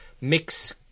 mix